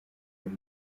hari